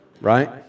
right